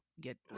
get